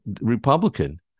Republican